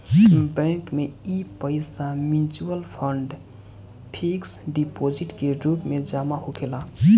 bank में इ पईसा मिचुअल फंड, फिक्स डिपोजीट के रूप में जमा होखेला